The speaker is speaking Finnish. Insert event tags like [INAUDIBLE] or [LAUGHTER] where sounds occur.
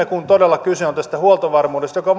[UNINTELLIGIBLE] kun todella kyse on tästä huoltovarmuusmaksusta joka [UNINTELLIGIBLE]